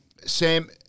Sam